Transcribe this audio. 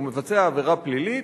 הוא מבצע עבירה פלילית,